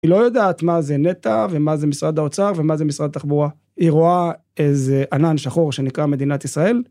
היא לא יודעת מה זה נט"ע ומה זה משרד האוצר ומה זה משרד תחבורה. היא רואה איזה ענן שחור שנקרא מדינת ישראל.